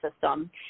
system